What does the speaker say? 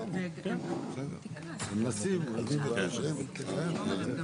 "יום המכירה" של העסקה המקורית,